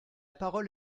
parole